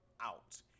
out